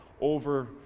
over